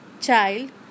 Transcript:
child